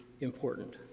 important